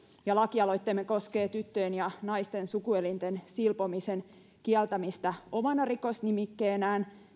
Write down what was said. lakialoitteemme koskee tyttöjen ja naisten sukuelinten silpomisen kieltämistä omana rikosnimikkeenään